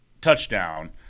touchdown